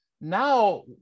Now